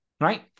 right